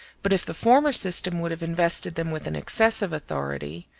but if the former system would have invested them with an excessive authority,